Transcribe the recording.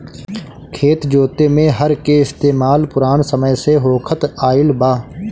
खेत जोते में हर के इस्तेमाल पुरान समय से होखत आइल बा